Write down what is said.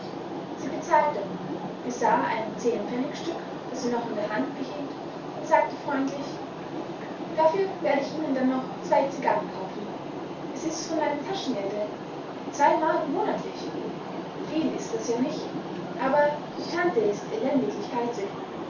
sie bezahlte besah ein zehnpfennigstück das sie noch in der hand behielt und sagte freundlich dafür werde ich ihnen dann noch zwei zigarren kaufen es is von meinem taschengelde zwei mark monatlich viel is das ja nich aber die tante is elendiglich geizig